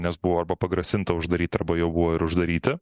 nes buvo arba pagrasinta uždaryt arba jau buvo ir uždaryti